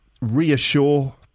reassure